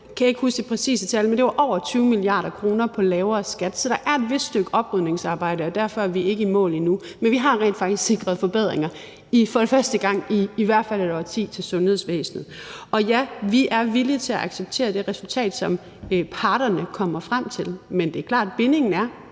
tal, over 20 mia. kr. på lavere skat. Så der er et vist oprydningsarbejde, og derfor er vi ikke i mål endnu. Men vi har faktisk sikret forbedringer i sundhedsvæsenet for første gang i i hvert fald et årti. Og ja, vi er villige til at acceptere det resultat, som parterne kommer frem til. Men det er klart, at bindingen er,